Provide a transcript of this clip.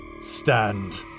Stand